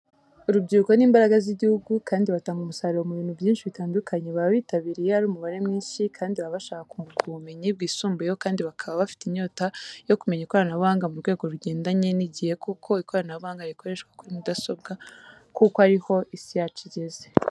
Urubyiruko ni imbaraga z'igihugu kandi batanga umusaruro mu bintu byinshi bitandukanye baba bitabiriye ari umubare mwinshi kandi baba bashaska kunguka ubumenyi bwisumbuyeho kandi bakaba baba bafite inyota yo kumenya ikoranabunga ku rwego rugendanye n'igihe kuko ikoranabuhanga rikoreshwa kuri mudasobwa kuko ari ho isi yacu igeze.